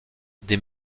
des